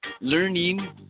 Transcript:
learning